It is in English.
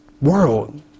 world